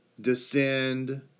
descend